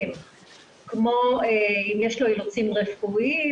כמו אם יש לו אילוצים רפואיים,